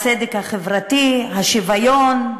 הצדק החברתי, השוויון,